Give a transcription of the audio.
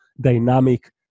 dynamic